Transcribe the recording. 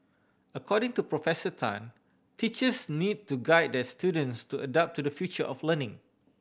according to Professor Tan teachers need to guide their students to adapt to the future of learning